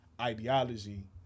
ideology